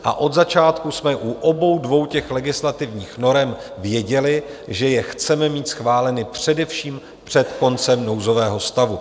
A od začátku jsme u obou dvou legislativních norem věděli, že je chceme mít schváleny především před koncem nouzového stavu.